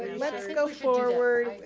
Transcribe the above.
let's go forward.